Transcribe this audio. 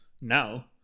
now